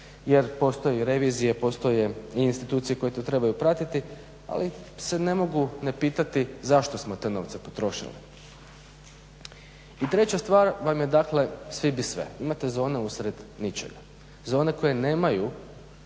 jer postoje revizije, postoje institucije koje to trebaju pratiti ali se ne mogu ne pitati zašto smo te novce potrošili. I treća stvar vam je dakle svi bi sve. Imate zona usred ničega, zone koje nemaju